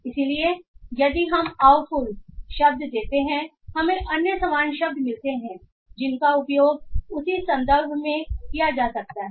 इसलिए यदि हम आफुल शब्द देते हैं हमें अन्य समान शब्द मिलते हैं जिनका उपयोग उसी संदर्भ में किया जा सकता है